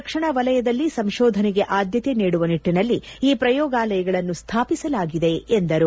ರಕ್ಷಣಾ ವಲಯದಲ್ಲಿ ಸಂತೋಧನೆಗೆ ಆದ್ದತೆ ನೀಡುವ ನಿಟ್ಟನಲ್ಲಿ ಈ ಪ್ರಯೋಗಾಲಯಗಳನ್ನು ಸ್ವಾಪಿಸಲಾಗಿದೆ ಎಂದರು